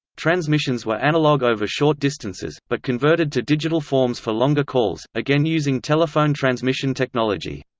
transmissions were analog over short distances, but converted to digital forms for longer calls, again using telephone transmission technology.